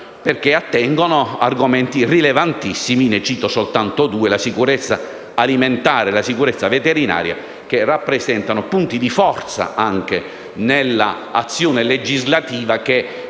perché attengono ad argomenti rilevantissimi. Ne cito solo due: la sicurezza alimentare e la sicurezza veterinaria, che rappresentano punti di forza nell'azione legislativa che